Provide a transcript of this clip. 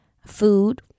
Food